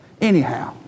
anyhow